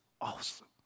awesome